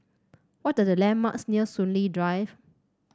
what are the landmarks near Soon Lee Drive